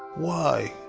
why?